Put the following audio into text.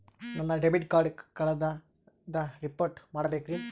ನನ್ನ debit card ಕಳ್ದದ report ಮಾಡಬೇಕ್ರಿ